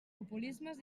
populismes